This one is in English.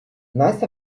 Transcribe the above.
nice